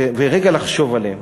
ורגע לחשוב עליהם,